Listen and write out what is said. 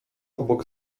obok